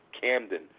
Camden